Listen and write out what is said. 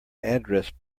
address